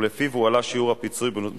לפי פרמטרים אלה,